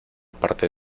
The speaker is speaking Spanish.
parte